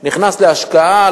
נכנס להשקעה,